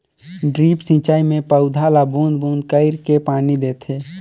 drip सिंचई मे पउधा ल बूंद बूंद कईर के पानी देथे